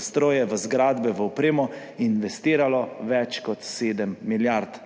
stroje, zgradbe, opremo investiralo več kot 7 milijard.